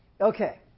Okay